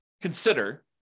consider